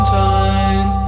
time